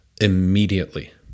immediately